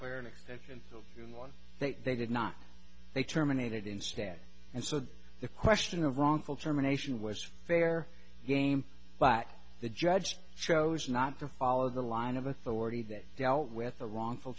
one that they did not they terminated instead and so the question of wrongful termination was fair game but the judge chose not to follow the line of authority that dealt with the wrongful